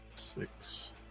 Six